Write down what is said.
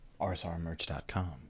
RSRMerch.com